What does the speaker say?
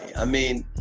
i mean,